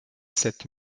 sept